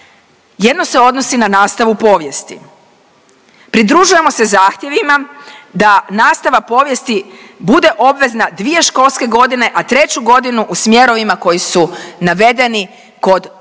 Jedno se odnosi na nastavu povijesti. Pridružujemo se zahtjevima da nastava povijesti bude obvezna dvije školske godine, a treću godinu u smjerovima koji su navedeni kod onih